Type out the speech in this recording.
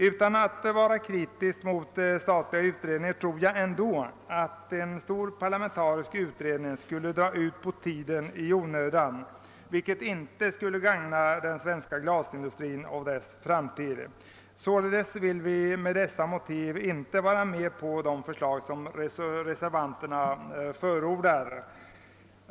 Utan att vara kritisk mot statliga utredningar iror jag ändå att en stor parlamentarisk utredning i onödan skulle dra ut på tiden, vilket inte skulle gagna den svenska glasindustrin och dess framtid. Vi vill med hänvisning till dessa motiv inte ställa oss bakom de förslag som reservanterna förordar.